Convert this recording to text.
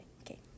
Okay